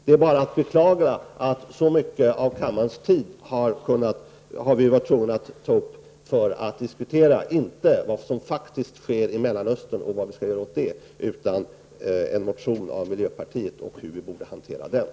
Det är bara beklagligt att så mycken tid har åtgått till att diskutera, inte vad som faktiskt sker i Mellanöstern och vad vi skall göra åt det utan hur en motion från miljöpartiet borde ha hanterats.